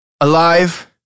Alive